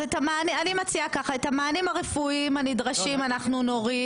אני מציעה ככה: את המענים הרפואיים הנדרשים אנחנו נוריד.